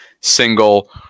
single